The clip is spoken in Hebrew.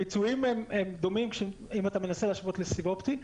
הביצועים דומים אם אתה מנסה להשוות לסיב אופטי.